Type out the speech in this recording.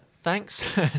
Thanks